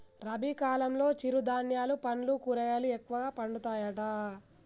రబీ కాలంలో చిరు ధాన్యాలు పండ్లు కూరగాయలు ఎక్కువ పండుతాయట